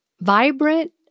Vibrant